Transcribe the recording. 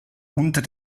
unter